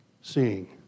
seeing